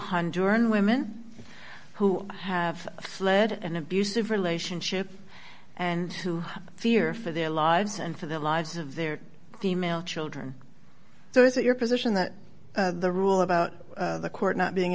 honduras and women who have fled an abusive relationship and who have fear for their lives and for the lives of their female children so is it your position that the rule about the court not being